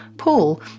Paul